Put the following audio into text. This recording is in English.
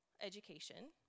education